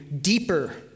deeper